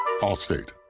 Allstate